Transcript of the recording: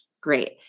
great